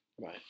Right